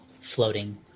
floating